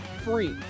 free